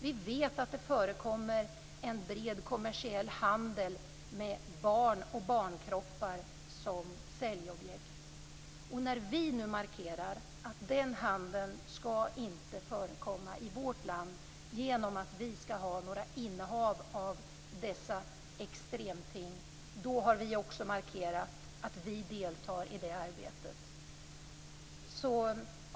Vi vet att det förekommer en bred kommersiell handel med barn och barnkroppar som säljobjekt. När vi nu markerar att denna handel inte skall förekomma i vårt land genom att vi inte skall ha några innehav av dessa extremting, då har vi också markerat att vi deltar i det arbetet.